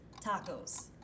Tacos